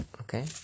Okay